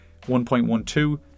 1.12